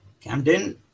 camden